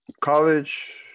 College